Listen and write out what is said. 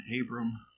Abram